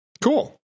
Cool